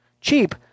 cheap